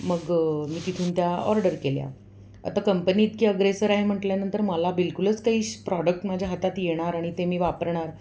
मग मी तिथून त्या ऑर्डर केल्या आता कंपनी इतकी अग्रेसर आहे म्हटल्यानंतर मला बिलकुलच काही स् प्रॉडक्ट माझ्या हातात येणार आणि ते मी वापरणार